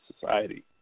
society